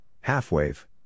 half-wave